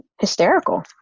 hysterical